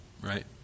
right